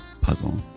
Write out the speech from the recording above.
puzzle